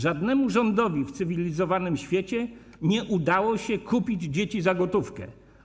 Żadnemu rządowi w cywilizowanym świecie nie udało się kupić dzieci za gotówkę.